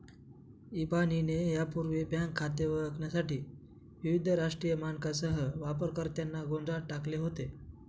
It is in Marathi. इबानीने यापूर्वी बँक खाते ओळखण्यासाठी विविध राष्ट्रीय मानकांसह वापरकर्त्यांना गोंधळात टाकले होते